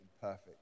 perfect